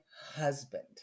husband